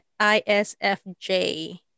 ISFJ